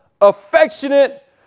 affectionate